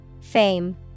Fame